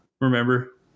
Remember